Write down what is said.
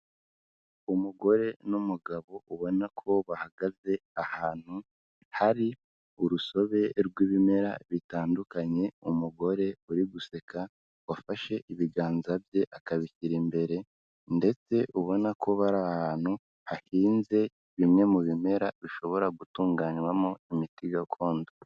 Umugore n'umugabo ubona ko bahagaze ahantu hari urusobe rw'ibimera bitandukanye, umugore uri guseka wafashe ibiganza bye akabishyira imbere ndetse ubona ko bari ahantu hahinze bimwe mu bimera bishobora gutunganywamo imiti gakondo.